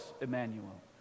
Emmanuel